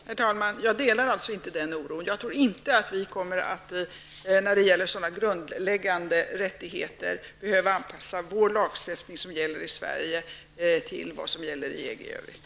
Herr talman! Jag delar alltså inte denna oro och tror inte att vi när det gäller sådana grundläggande rättigheter behöver anpassa vår lagstiftning till vad som gäller i EG i övrigt.